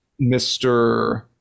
Mr